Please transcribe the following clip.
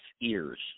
ears